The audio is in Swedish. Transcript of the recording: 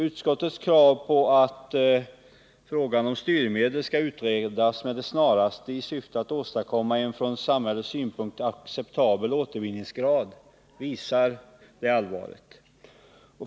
Utskottets krav på att frågan om styrmedel skall utredas med det snaraste i syfte att åstadkomma en från samhällets synpunkt acceptabel återvinningsgrad visar det allvaret.